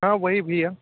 हाँ वो ही भइया